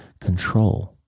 control